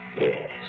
Yes